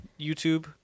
YouTube